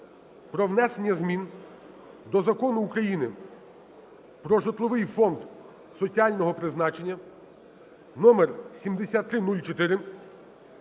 про внесення змін до Закону України "Про житловий фонд соціального призначення" (номер 7304)